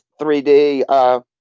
3D